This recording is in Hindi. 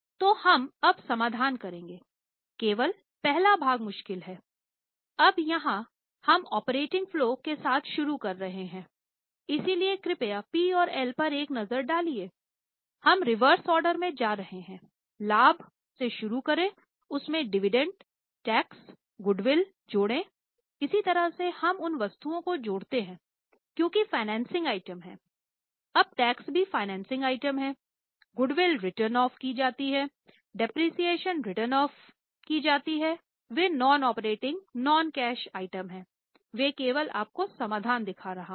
तो हम अब समाधान करेंगे केवल पहला भाग मुश्किल है अब यहाँ हम operating flow non cash item है मैं केवल आपको समाधान दिखा रहा हूँ